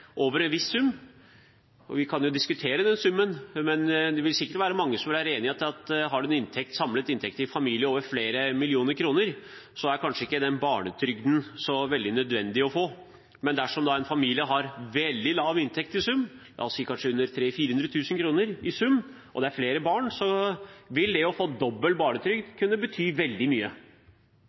over en viss sum. Og vi kan jo diskutere den summen, men mange vil sikkert være enig i at har man en samlet inntekt i familien på over flere millioner kroner, er kanskje ikke barnetrygden så veldig nødvendig å få. Men dersom en familie har veldig lav inntekt, i sum kanskje under 300 000–400 000 kr, og det er flere barn, vil det å få dobbel barnetrygd kunne bety veldig mye.